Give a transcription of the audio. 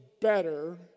better